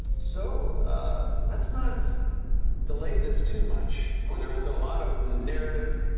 so let's not delay this too much, for there is a lot of narrative,